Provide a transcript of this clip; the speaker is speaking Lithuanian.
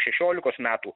šešiolikos metų